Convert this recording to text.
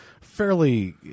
fairly